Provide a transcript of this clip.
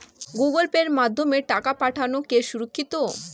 Google পের মাধ্যমে টাকা পাঠানোকে সুরক্ষিত?